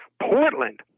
portland